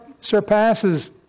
surpasses